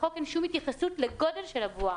בחוק אין שום התייחסות לגודל של הבועה.